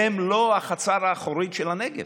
הם לא החצר האחורית של הנגב.